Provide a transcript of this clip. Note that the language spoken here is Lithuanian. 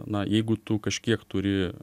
na jeigu tu kažkiek turi